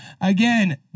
again